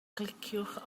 cliciwch